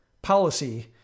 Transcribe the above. policy